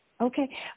Okay